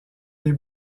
les